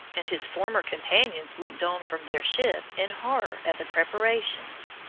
and his former companions looked on from their ship in horror at the preparations.